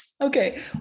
Okay